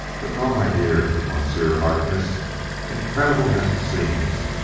but, no, my dear monsieur harkness incredible as it seems,